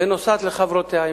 ונוסעת לחברותיה.